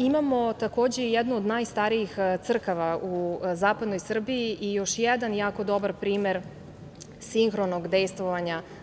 Imamo takođe jednu od najstarijih crkvi u zapadnoj Srbiji i još jedan jako dobar primer sinhronog dejstva